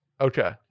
okay